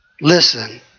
Listen